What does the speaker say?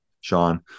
Sean